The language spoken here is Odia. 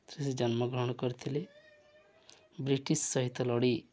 ସେ ଜନ୍ମଗ୍ରହଣ କରିଥିଲେ ବ୍ରିଟିଶ୍ ସହିତ ଲଢ଼େଇ